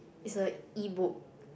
is a E book